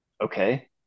okay